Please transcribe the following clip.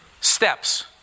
steps